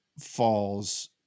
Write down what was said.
falls